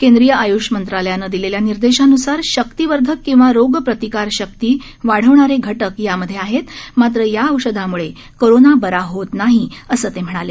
केंद्रीय आयुष मंत्रालयानं दिलेल्या निर्देशानुसार शक्तिवर्धक किंवा रोग प्रतिकार शक्ती वाढवणारे घटक यामध्ये आहेत मात्र या औषधामुळे कोरोना बरा होत नाही असं ते म्हणाले